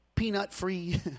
Peanut-free